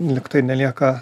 lyg tai nelieka